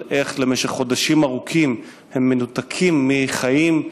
על איך במשך חודשים ארוכים הם מנותקים מחיים,